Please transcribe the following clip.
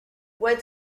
what